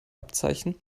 abzeichen